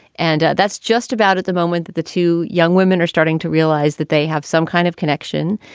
and that's just about at the moment that the two young women are starting to realize that they have some kind of connection.